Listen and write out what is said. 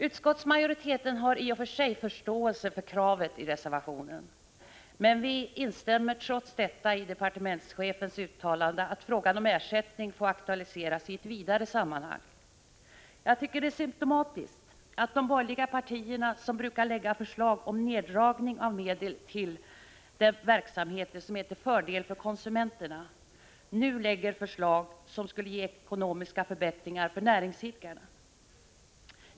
Utskottsmajoriteten har i och för sig förståelse för kravet i reservationen, men vi instämmer trots detta i departementschefens uttalande att frågan om ersättning får aktualiseras i ett vidare sammanhang. Jag tycker det är symtomatiskt att de borgerliga partierna, som brukar lägga fram förslag om neddragning av medlen till de verksamheter som är till fördel för konsumenterna, nu framlägger förslag som skulle ge ekonomiska förbättringar för näringsidkarna.